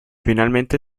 finalmente